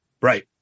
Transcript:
Right